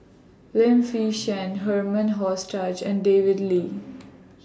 Lim Fei Shen Herman and David Lin